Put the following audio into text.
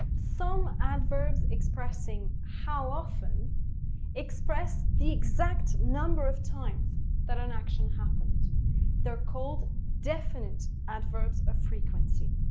some adverbs expressing how often express the exact number of times that an action happened they're called definite adverbs of frequency.